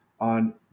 on